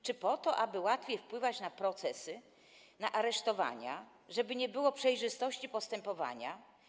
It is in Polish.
Czy po to, aby łatwiej wpływać na procesy, na aresztowania, żeby nie było przejrzystości postępowania?